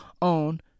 on